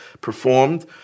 performed